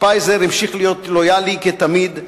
שפייזר המשיך להיות לויאלי כתמיד.